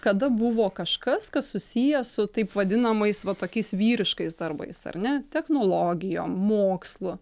kada buvo kažkas kas susiję su taip vadinamais va tokiais vyriškais darbais ar ne technologijom mokslu